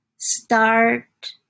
Start